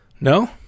no